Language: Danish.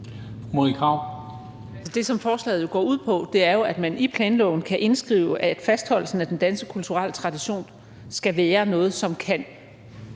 Det, som forslaget jo går ud på, er, at vi i planloven kan indskrive, at fastholdelsen af den danske kulturelle tradition skal være noget, som kan